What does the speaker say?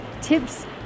tips